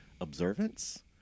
observance